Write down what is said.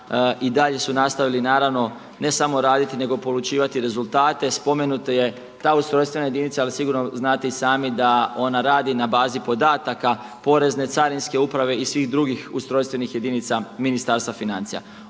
i dalje su nastavili naravno ne samo raditi nego polučivati rezultate. Spomenuta je ta ustrojstvena jedinica ali sigurno znate i sami da ona radi na bazi podataka porezne, carinske uprave i svih drugih ustrojstvenih jedinica Ministarstva financija.